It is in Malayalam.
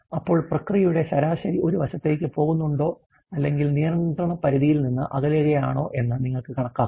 അപ്പോൾ പ്രക്രിയയുടെ ശരാശരി ഒരു വശത്തേക്ക് പോകുന്നുണ്ടോ അല്ലെങ്കിൽ നിയന്ത്രണ പരിധിയിൽ നിന്ന് അകലെയാണോ എന്ന് നിങ്ങൾക്ക് കണക്കാക്കാം